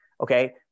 okay